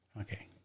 Okay